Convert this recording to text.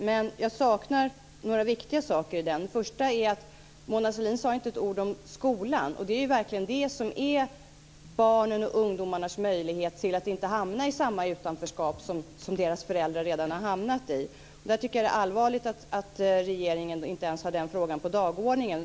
Men jag saknar några viktiga saker i den. Det första är att Mona Sahlin inte sade ett ord om skolan. Det är verkligen något som rör barnens och ungdomarnas möjlighet att inte hamna i samma utanförskap som deras föräldrar redan har hamnat i. Jag tycker att det är allvarligt att regeringen inte ens har den frågan på dagordningen.